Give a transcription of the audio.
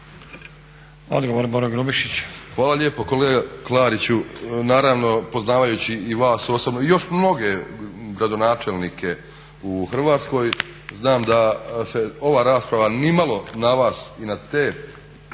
Odgovor Boro Grubišić.